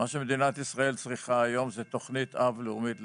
מה שמדינת ישראל צריכה היום זו תוכנית אב לאומית לזקנה.